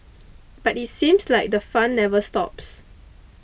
but it seems like the fun never stops